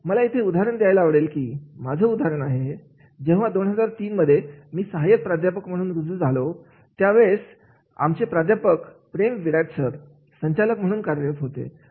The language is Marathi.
मला येथे एक उदाहरण द्यायला आवडेल माझं उदाहरण आहे जेव्हा 2003मध्ये मी सहाय्यक प्राध्यापक म्हणून रुजू झालो त्या वेळेस आमचे प्राध्यापक प्रेम विराट सर संचालक म्हणून कार्यरत होते